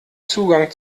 zugang